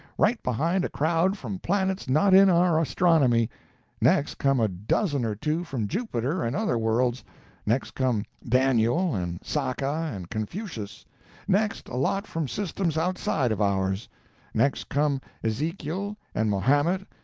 right behind a crowd from planets not in our astronomy next come a dozen or two from jupiter and other worlds next come daniel and sakka and confucius next a lot from systems outside of ours next come ezekiel, and mahomet,